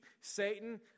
Satan